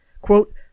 quote